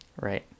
right